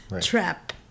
trap